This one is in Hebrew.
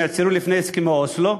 שנעצרו לפני הסכמי אוסלו,